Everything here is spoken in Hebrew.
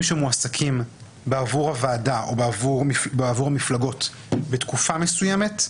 שמועסקים בעבור הוועדה או בעבור מפלגות בתקופה מסוימת,